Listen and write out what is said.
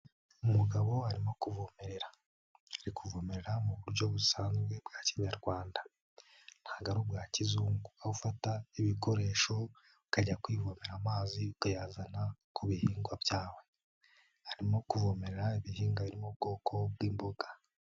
Umugabo arimo kuvomerera, ari kuvomerera mu buryo busanzwe bwa kinyarwanda, ntabwo ari ubwa kizungu aho ufata ibikoresho ukajya kwivomera amazi ukayazana ku bihingwa byawe, arimo kuvomerera ibihinga biri mu bwoko bw'imboga.